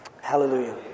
Hallelujah